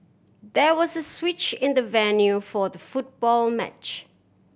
there was a switch in the venue for the football match